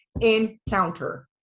encounter